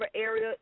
area